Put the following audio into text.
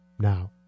now